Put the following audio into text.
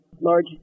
large